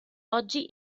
oggi